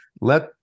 Let